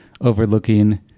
overlooking